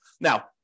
Now